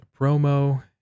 promo